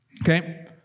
Okay